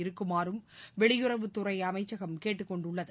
இருக்குமாறும் வெளியுறவுத்துறைஅமைச்சகம் கேட்டுக் கொண்டுள்ளது